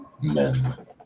men